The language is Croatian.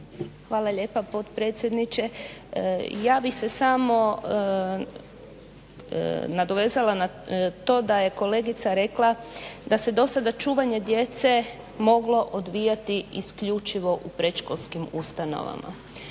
Hvala lijepa potpredsjedniče. Ja bih se samo nadovezala na to da je kolegica rekla da se do sada čuvanje djece moglo odvijati isključivo u predškolskim ustanovama,